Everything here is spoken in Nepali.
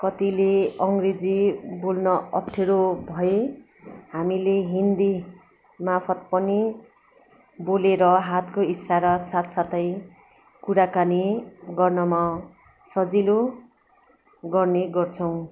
कतिले अङ्ग्रेजी बोल्न अप्ठ्यारो भए हामीले हिन्दी मार्फत पनि बोलेर हातको इसारा साथसाथै कुराकानी गर्नमा सजिलो गर्ने गर्छौँ